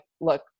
look